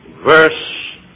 verse